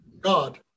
God